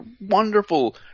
wonderful